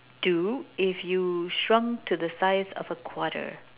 do if you shrunk to the size of a quarter